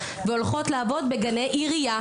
והולכות לעבוד בגני עירייה,